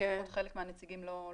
--- אנחנו